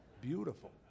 Beautiful